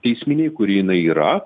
teisminei kuri jinai yra